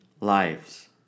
lives